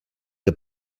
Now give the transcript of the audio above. que